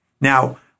Now